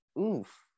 oof